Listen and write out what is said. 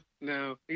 no